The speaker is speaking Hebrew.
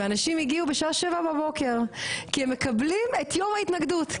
ואנשים הגיעו ב- 07:00 כי הם מקבלים את יום ההתנגדות,